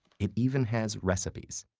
it even has recipes.